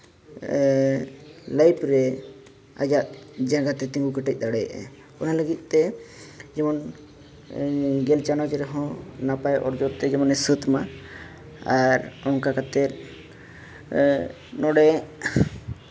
life ᱨᱮ ᱟᱭᱟᱜ ᱡᱟᱸᱜᱟᱛᱮ ᱛᱤᱸᱜᱩ ᱠᱮᱴᱮᱡ ᱫᱟᱲᱮᱭᱟᱜᱼᱟᱭ ᱚᱱᱟ ᱞᱟᱹᱜᱤᱫᱛᱮ ᱡᱮᱢᱚᱱ ᱜᱮᱞ ᱪᱟᱱᱟᱪ ᱨᱮᱦᱚᱸ ᱱᱟᱯᱟᱭ ᱚᱨᱡᱚ ᱛᱮᱜᱮ ᱡᱮᱢᱚᱱ ᱥᱟᱹᱛ ᱢᱟ ᱟᱨ ᱚᱱᱠᱟ ᱠᱟᱛᱮᱫ ᱱᱚᱸᱰᱮ